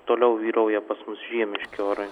toliau vyrauja pas mus žiemiški orai